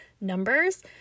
numbers